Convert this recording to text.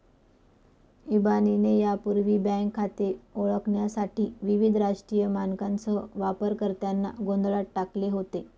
इबानीने यापूर्वी बँक खाते ओळखण्यासाठी विविध राष्ट्रीय मानकांसह वापरकर्त्यांना गोंधळात टाकले होते